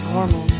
Normal